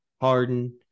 Harden